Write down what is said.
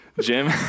Jim